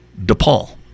DePaul